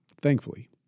thankfully